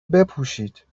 بپوشید